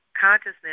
Consciousness